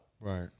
Right